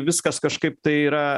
viskas kažkaip tai yra